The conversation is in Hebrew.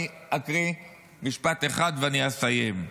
אני אקריא משפט אחד ואני אסיים,